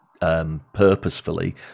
Purposefully